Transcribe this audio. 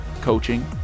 coaching